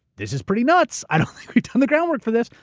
this is pretty nuts. i don't think we've done the groundwork for this.